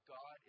God